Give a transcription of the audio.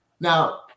Now